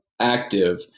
active